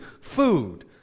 food